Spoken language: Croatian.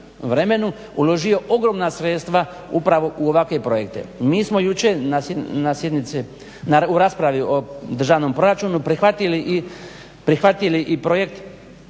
uložio ogromna sredstva upravo u ovakve projekte. Mi smo jučer u raspravi o državnom proračunu prihvatili i projekt,